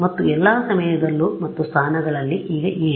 ಮತ್ತು ಎಲ್ಲಾ ಸಮಯದಲ್ಲೂ ಮತ್ತು ಸ್ಥಾನಗಳಲ್ಲಿ ಈಗ ಏನು